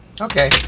Okay